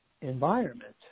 environment